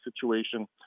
situation